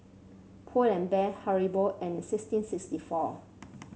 Pull and Bear Haribo and sixteen sixty four